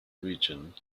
region